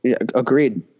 agreed